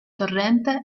torrente